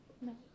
No